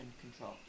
control